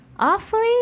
awfully